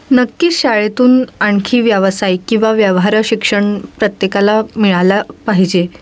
नक्कीच शाळेतून आणखी व्यावसायिक किंवा व्यवहारशिक्षण प्रत्येकाला मिळालं पाहिजे